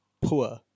poor